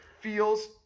feels